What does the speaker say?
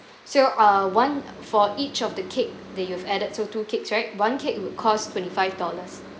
so uh one for each of the cake that you have added so two cakes right one cake would cost twenty five dollars